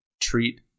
treat